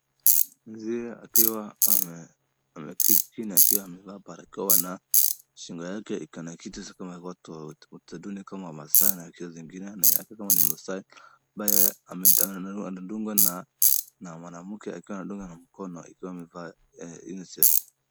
Mzee akiwa ameketi chini, akiwa amevaa barakoa na shingo yake iko na kitu za watu waa, tamaduni kama masai na zingine anaiweka kama ni masai, ambaye ana dungwa na, mwanamke akiwa anamdunga na mkono, ikiwa amevaa ya UNICEF .